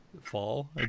fall